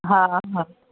हा हा